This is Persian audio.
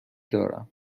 دارم